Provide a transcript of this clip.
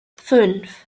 fünf